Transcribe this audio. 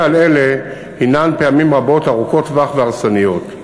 על אלה הנן פעמים רבות ארוכות טווח והרסניות.